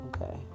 okay